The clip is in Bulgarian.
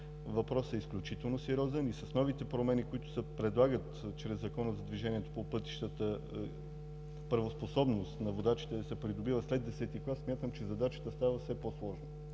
Въпросът е изключително сериозен и с новите промени, които се предлагат чрез Закона за движението по пътищата, правоспособност на водачите да се придобива след 10 клас, смятам, че задачата става все по-сложна.